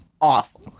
awful